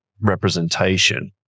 representation